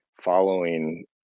following